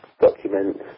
documents